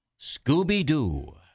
Scooby-Doo